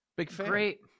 Great